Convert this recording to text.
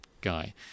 guy